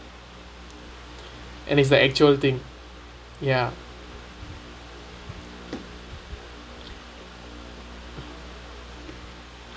and it's like actual thing ya